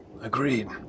Agreed